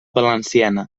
valenciana